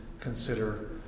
consider